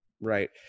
right